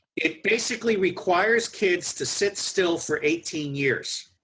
it basically requires kids to sit still for eighteen years.